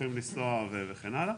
ששוכחים לנסוע וכן הלאה,